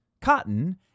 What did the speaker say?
cotton